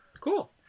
Cool